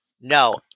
no